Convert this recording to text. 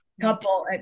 couple